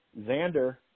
Xander